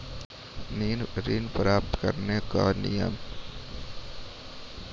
ऋण प्राप्त करने कख नियम?